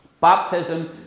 Baptism